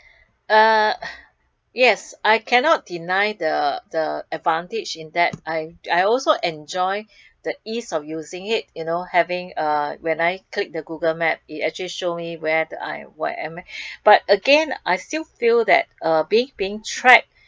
uh yes I cannot deny the the advantage in that I I also enjoy the ease of using it you know having uh when I click the google map it actually show me where the I am where I am but again I still feel that uh be being tracked